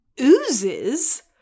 oozes